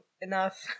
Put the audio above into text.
enough